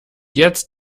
jetzt